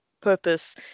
purpose